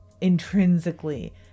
intrinsically